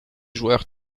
joueurs